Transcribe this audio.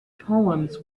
poems